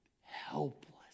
helpless